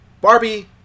Barbie